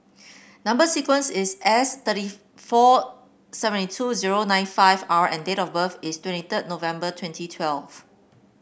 number sequence is S thirty four seventy two zero nine five R and date of birth is twenty third November twenty twelve